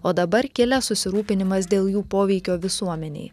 o dabar kilęs susirūpinimas dėl jų poveikio visuomenei